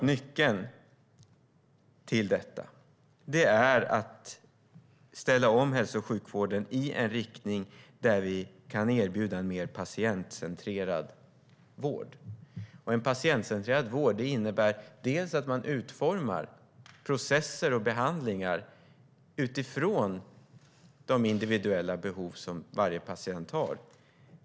Nyckeln till detta är att ställa om hälso och sjukvården i en riktning där vi kan erbjuda en mer patientcentrerad vård. En patientcentrerad vård innebär att man utformar processer och behandlingar utifrån de individuella behov som varje patient har.